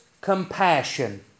compassion